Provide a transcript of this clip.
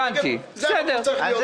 זה מה שצריך להיות,